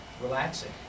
relaxing